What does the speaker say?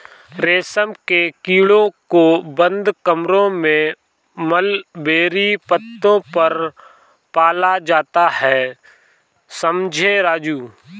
रेशम के कीड़ों को बंद कमरों में मलबेरी पत्तों पर पाला जाता है समझे राजू